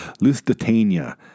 Lusitania